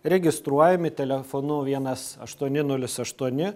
registruojami telefonu vienas aštuoni nulis aštuoni